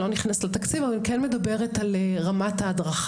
אני לא נכנסת לתקציב אבל אני כן מדברת על רמת ההדרכה.